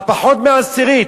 על פחות מעשירית.